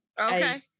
okay